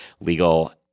Legal